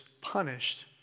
punished